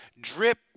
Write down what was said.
drip